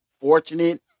fortunate